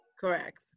Correct